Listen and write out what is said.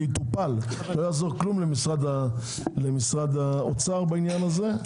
ויטופל; לא יעזור למשרד האוצר בעניין הזה.